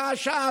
שעה-שעה,